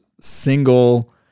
single